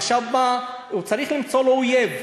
עכשיו הוא צריך למצוא לו אויב.